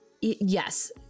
yes